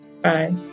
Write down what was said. Bye